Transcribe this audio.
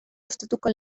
gustatuko